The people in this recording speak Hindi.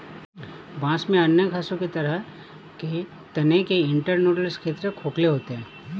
बांस में अन्य घासों की तरह के तने के इंटरनोडल क्षेत्र खोखले होते हैं